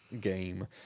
game